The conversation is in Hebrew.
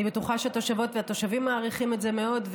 אני בטוחה שהתושבות והתושבים מעריכים את זה מאוד,